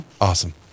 Awesome